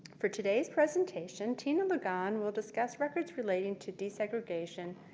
for today's presentation tina ligon will discuss records relating to desegregation,